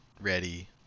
ready